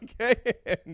Okay